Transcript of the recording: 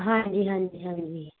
ਹਾਂਜੀ ਹਾਂਜੀ ਹਾਂਜੀ